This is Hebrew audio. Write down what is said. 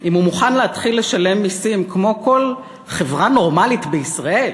אם הוא מוכן להתחיל לשלם מסים כמו כל חברה נורמלית בישראל,